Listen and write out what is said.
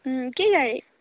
কি গাড়ী